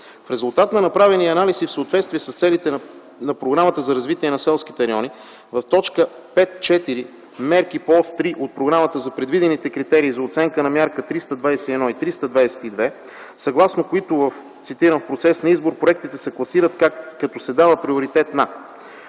В резултат на направения анализ и в съответствие с целите на Програмата за развитие на селските райони в т. 5.4 - Мерки по ос 3 от Програмата за предвидените критерии за оценка на Мярка 321 и Мярка 322, съгласно които, цитирам: „В процес на избор проектите се класират като се дава приоритет на